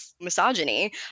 misogyny